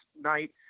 night